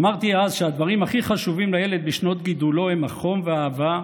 אמרתי אז שהדברים הכי חשובים לילד בשנות גידולו הם החום והאהבה,